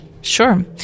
Sure